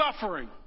suffering